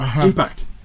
impact